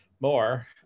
more